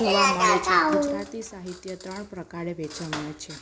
જોવા મળે છે ગુજરાતી સાહિત્ય ત્રણ પ્રકારે વેચવામાં આવે છે